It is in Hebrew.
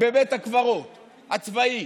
בבית הקברות הצבאי.